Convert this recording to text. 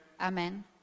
Amen